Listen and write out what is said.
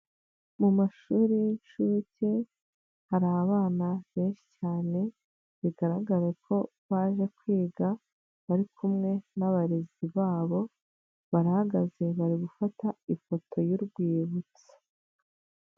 Mu mashuri y'nshuke hari abana benshi cyane bigaragare ko baje kwiga bari kumwe n' abarezi babo barahagaze bari gufata ifoto y'urwibutso.